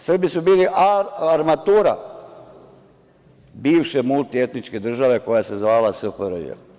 Srbi su bili armatura bivše multietničke države koja se zvala SFRJ.